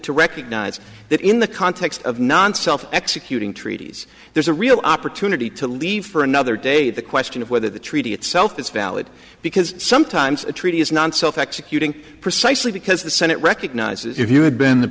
to recognize that in the context of non self executing treaties there's a real opportunity to leave for another day the question of whether the treaty itself is valid because sometimes a treaty is non self executing precisely because the senate recognizes if you had been the